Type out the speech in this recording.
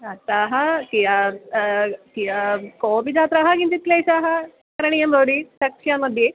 अतः कियत् कियत् कुपितः सह किञ्चित् क्लेशः करणीयःभवति कक्ष्या मध्ये